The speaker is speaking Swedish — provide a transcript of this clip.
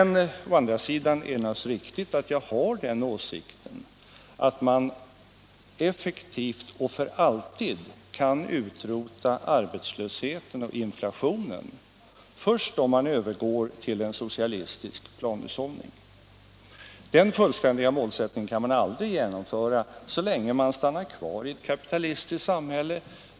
Å andra sidan är det naturligtvis riktigt att jag har den åsikten att man effektivt och för alltid kan utrota arbetslösheten och inflationen först om man övergår till en socialistisk planhushållning. Denna fullständiga målsättning kan vi aldrig genomföra så länge vi stannar kvar i ett kapitalistiskt samhälle.